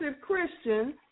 Christian